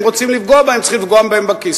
רוצים לפגוע בהם צריך לפגוע בהם בכיס.